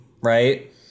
right